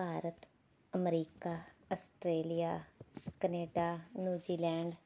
Bharat America Australia Canada New Zealand